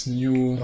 new